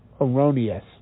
erroneous